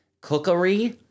cookery